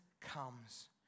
comes